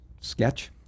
sketch